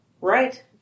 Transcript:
Right